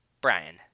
Brian